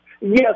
Yes